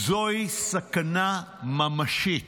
זוהי סכנה ממשית,